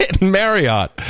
Marriott